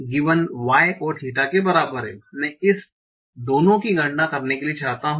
y और theta के बराबर है मैं इस दोनों की गणना करने के लिए चाहता हूं